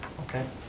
okay,